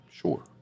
Sure